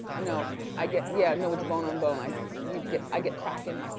no, i get, yeah, no, it's bone on bone. i yeah get i get crackin'.